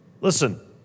Listen